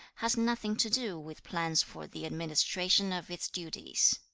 has nothing to do with plans for the administration of its duties